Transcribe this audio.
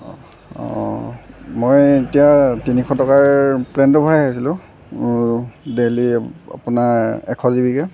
অ' অ' মই এতিয়া তিনিশ টকাৰ প্লেনটো ভৰাই আছিলোঁ ডেইলি আপোনাৰ এশ জিবি কৈ